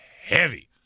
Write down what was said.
heavy